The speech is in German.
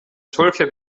solche